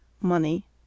Money